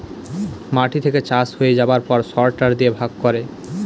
মাটি থেকে চাষ হয়ে যাবার পর সরটার দিয়ে ভাগ করে